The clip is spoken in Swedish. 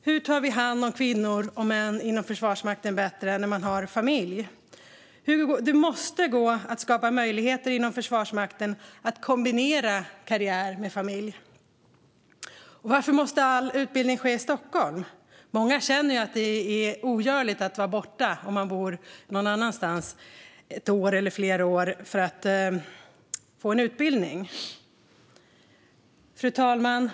Hur tar vi inom Försvarsmakten bättre hand om kvinnor och män som har familj? Det måste gå att inom Försvarsmakten skapa möjligheter att kombinera karriär med familj. Varför måste dessutom all utbildning ske i Stockholm? Många som bor någon annanstans känner att det är ogörligt att vara borta ett eller flera år för att få en utbildning. Fru talman!